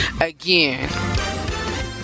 again